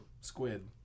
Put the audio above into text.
squid